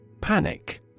Panic